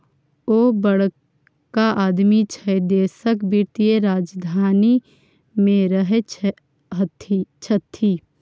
ओ बड़का आदमी छै देशक वित्तीय राजधानी मे रहैत छथि